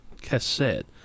cassette